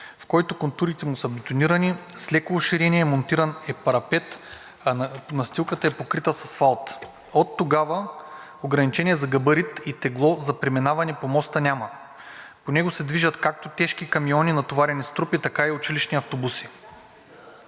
в който контурите му са бетонирани с леко уширение, монтиран е и парапет, а настилката – покрита с асфалт. Оттогава ограничение за габарит и тегло за преминаване по моста няма. По него се движат както тежки камиони, натоварени с трупи, така и училищни автобуси.